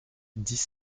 dix